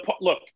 Look